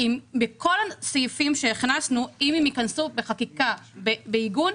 מכל הסעיפים שהכנסנו, אם הם ייכנסו בחקיקה בעיגון,